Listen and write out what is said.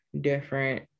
different